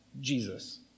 Jesus